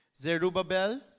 Zerubbabel